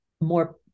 more